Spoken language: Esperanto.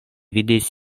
vidis